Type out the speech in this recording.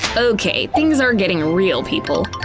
okay, things are getting real, people.